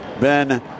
Ben